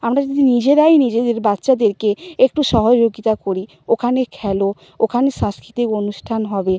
আমরা যদি নিজেরাই নিজেদের বাচ্চাদেরকে একটু সহযোগিতা করি ওখানে খেলো ওখানে সাংস্কৃতিক অনুষ্ঠান হবে